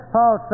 Paul